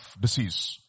disease